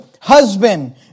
husband